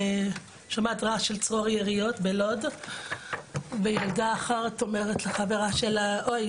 שומעת רעש של צרור יריות בלוד וילדה אחת אומרת לחברה שלה 'אוי,